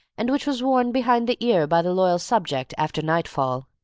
and which was worn behind the ear by the loyal subject after nightfall.